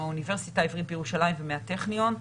מהאוניברסיטה העברית בירושלים ומהטכניון,